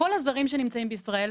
כל הזרים שנמצאים בישראל,